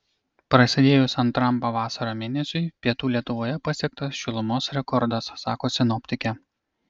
prasidėjus antram pavasario mėnesiui pietų lietuvoje pasiektas šilumos rekordas sako sinoptikė